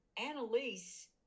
Annalise